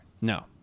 No